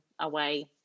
away